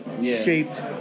Shaped